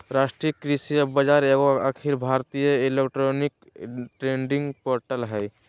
राष्ट्रीय कृषि बाजार एगो अखिल भारतीय इलेक्ट्रॉनिक ट्रेडिंग पोर्टल हइ